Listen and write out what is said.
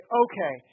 okay